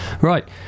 Right